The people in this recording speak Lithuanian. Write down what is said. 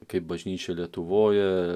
kaip bažnyčia lietuvoje